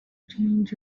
change